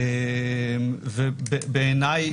ובעיניי,